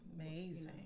Amazing